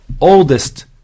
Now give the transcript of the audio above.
oldest